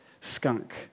Skunk